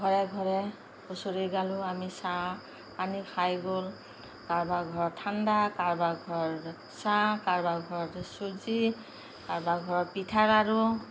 ঘৰে ঘৰে হুঁচৰি গালোঁ আমি চাহপানী খাই গ'ল কাৰোবাৰ ঘৰ ঠাণ্ডা কাৰবাৰ ঘৰত চাহ কাৰোবাৰ ঘৰত চুজি কাৰোবাৰ ঘৰত পিঠা লাড়ু